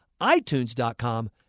itunes.com